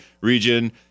Region